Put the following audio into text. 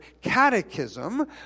catechism